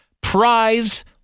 prize